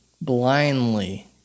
blindly